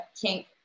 kink